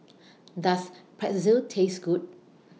Does Pretzel Taste Good